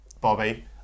Bobby